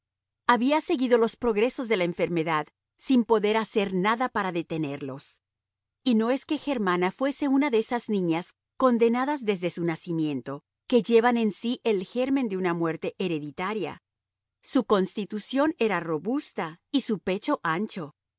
había seguido los progresos de la enfermedad sin poder hacer nada para detenerlos y no es que germana fuese una de esas niñas condenadas desde su nacimiento que llevan en sí el germen de una muerte hereditaria su constitución era robusta y su pecho ancho